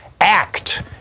Act